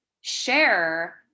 share